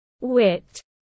wit